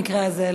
במקרה הזה,